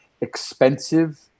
expensive